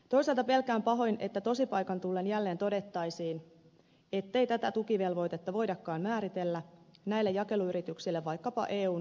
toisaalta pelkään pahoin että tosipaikan tullen jälleen todettaisiin ettei tätä tukivelvoitetta voidakaan määritellä näille jakeluyrityksille vaikkapa eun kilpailumääräyksiin vedoten